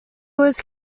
was